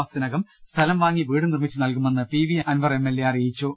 മാസത്തിനകം സ്ഥലം വാങ്ങി വീട് നിർമിച്ചു നൽകുമെന്ന് പി വി അൻവർ എംഎൽഎ അറിയിച്ചു